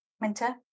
Minta